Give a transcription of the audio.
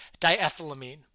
diethylamine